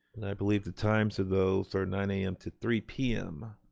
and i believe the times of those are nine am to three pm.